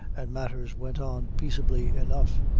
and matters went on peaceably enough.